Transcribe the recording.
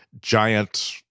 giant